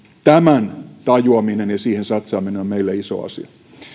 tämän tajuaminen ja siihen satsaaminen on meille iso asia